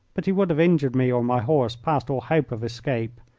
but he would have injured me or my horse past all hope of escape.